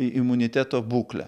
imuniteto būklę